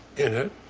in it.